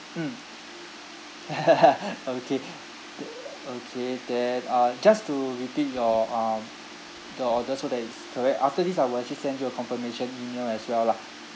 mm okay okay then uh just to repeat your um the order so that it's correct after this I will actually send you a confirmation email as well lah